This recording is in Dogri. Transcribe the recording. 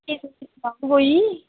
कोई